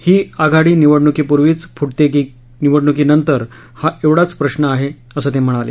ही आघडी निवडणुकीपूर्वीच फूटते की निवडणुकीनंतर एवढाच प्रश्न आहे असं ते म्हणाले